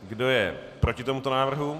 Kdo je proti tomuto návrhu?